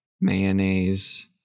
mayonnaise